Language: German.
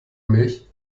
milch